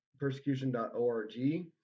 persecution.org